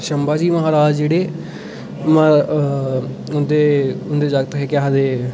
शंबा जी महाराज जेह्ड़े उं'दे जागतै ई केह् आखदे